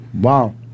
Wow